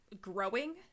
Growing